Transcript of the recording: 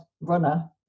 runner